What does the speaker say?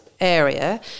area